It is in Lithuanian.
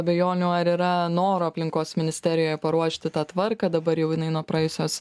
abejonių ar yra noro aplinkos ministerijoje paruošti tą tvarką dabar jau jinai nuo praėjusios